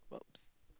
!whoops!